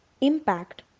impact